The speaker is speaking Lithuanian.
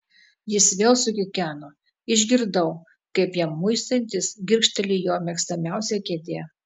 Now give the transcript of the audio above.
jis vėl sukikeno išgirdau kaip jam muistantis girgžteli jo mėgstamiausia kėdė